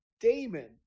damon